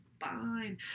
fine